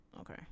okay